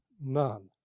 none